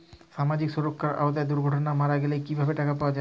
সামাজিক সুরক্ষার আওতায় দুর্ঘটনাতে মারা গেলে কিভাবে টাকা পাওয়া যাবে?